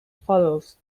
follows